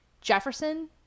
Jefferson